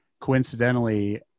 coincidentally